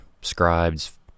scribes